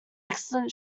excellent